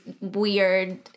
weird